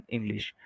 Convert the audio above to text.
English